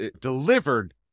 delivered